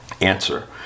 Answer